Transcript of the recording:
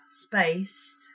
space